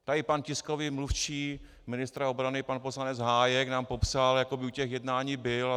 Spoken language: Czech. Tady pan tiskový mluvčí ministra obrany, pan poslanec Hájek, nám popsal, jako by u těch jednání byl.